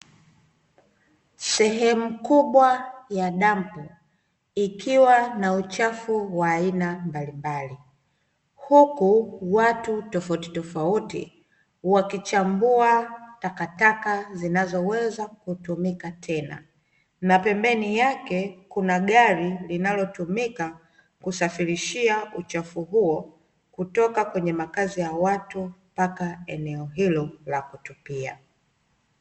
Sehemu kubwa ya dampo ikiwa na uchafu wa aina mbalimbali, huku watu tofautitofauti wakichambua takataka zinazoweza kutumika tena. Na pembeni yake kuna gari linalotumika kusafirishia uchafu huo kutoka kwenye makazi ya watu mpaka eneo hilo la kutupia.